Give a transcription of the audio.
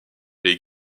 les